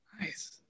Nice